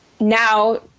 now